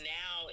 now